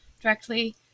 directly